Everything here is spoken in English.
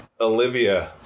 Olivia